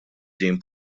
din